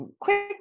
quick